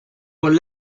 con